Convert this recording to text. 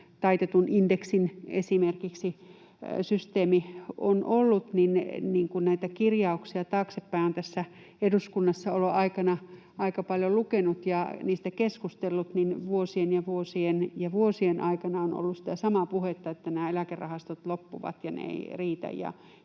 taitetun indeksin systeemi, on ollut, niin kun olen näitä kirjauksia taaksepäin tässä eduskunnassaoloaikanani aika paljon lukenut ja niistä keskustellut, vuosien ja vuosien ja vuosien aikana on ollut sitä samaa puhetta, että nämä eläkerahastot loppuvat ja ne eivät riitä,